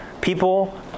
People